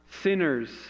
sinners